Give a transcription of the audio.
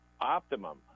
optimum